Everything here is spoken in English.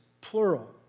plural